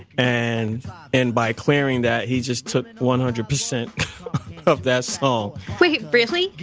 and and by clearing that, he just took one hundred percent of that song wait, really?